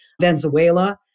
Venezuela